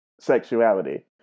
sexuality